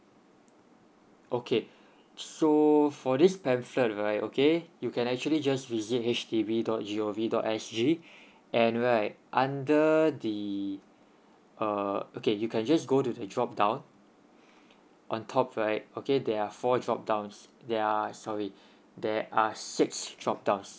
okay so for this pamphlet right okay you can actually just visit H D B dot G O V dot S G and right under the uh okay you can just go to the drop down on top right okay there are four drop downs there are sorry there are six drop downs